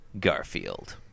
Garfield